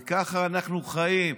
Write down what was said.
וככה אנחנו חיים.